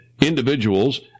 Individuals